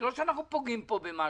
זה לא שאנחנו פוגעים כאן במשהו.